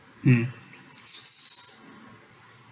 mm